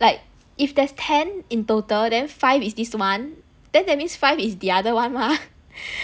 like if there's ten in total then five is this one then that means five is the other one mah